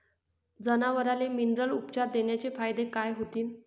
जनावराले मिनरल उपचार देण्याचे फायदे काय होतीन?